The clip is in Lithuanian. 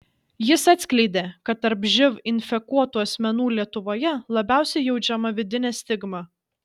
jis atskleidė kad tarp živ infekuotų asmenų lietuvoje labiausiai jaučiama vidinė stigma